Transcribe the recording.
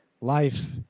Life